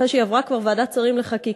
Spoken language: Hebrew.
אחרי שהיא עברה כבר ועדת שרים לחקיקה,